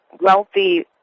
wealthy